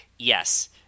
Yes